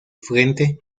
frente